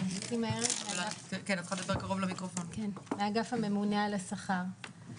סימה ארז מהאגף הממונה על השכר.